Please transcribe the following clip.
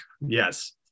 yes